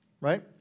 right